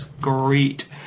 great